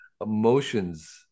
emotions